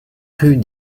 rue